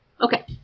Okay